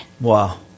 Wow